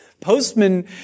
Postman